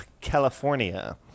california